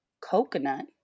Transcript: coconut